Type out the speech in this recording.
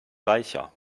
reicher